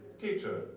teacher